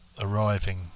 arriving